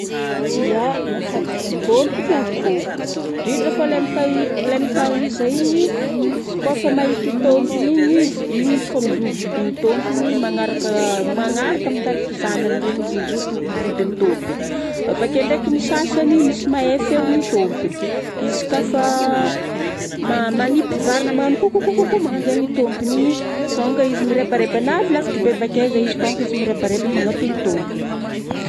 ya mahafantatra tômpony akoho. Indrindra fa lay mitahir, ilay mitahiza igny, izy kôa fa mahita i tômpigny igny izy fa mizohy vôdiny tômpiny igny izy magnaraka, magnaraka mitariky zanany regny izy mizoto vôdiny tômpiny. Avakeo ndraika ny sasany misy mahay ny feo ny tômpony. Izy kôa fa manipy vary na magnano ko ko ko ko. Magnanjegny tômpiny igny. Tônga izy mirèbarèba na avy lavitra be avakeza izy. Tonga izy mirèbarèba magnatona i tômpony